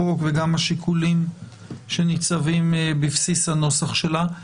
החוק ושל השיקולים שניצבים בבסיס הנוסח שלה.